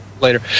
later